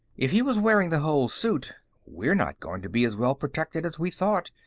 if he was wearing the whole suit, we're not going to be as well protected as we thought,